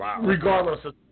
regardless